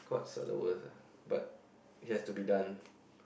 squats are the worst eh but it has to be done